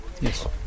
Yes